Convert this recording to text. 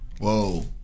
Whoa